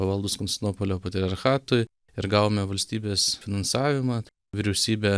pavaldūs konstantinopolio patriarchatui ir gavome valstybės finansavimą vyriausybė